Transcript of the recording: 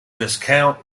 viscount